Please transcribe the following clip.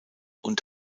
und